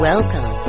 Welcome